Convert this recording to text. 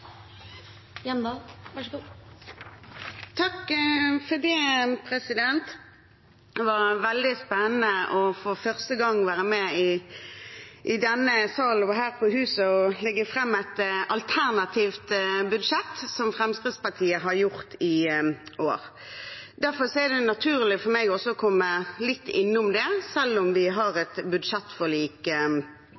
Det var veldig spennende for første gang å være med i denne salen her på huset og legge fram et alternativt budsjett, som Fremskrittspartiet har gjort i år. Derfor er det naturlig for meg også å komme litt innom det, selv om vi har